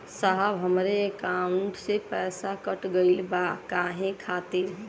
साहब हमरे एकाउंट से पैसाकट गईल बा काहे खातिर?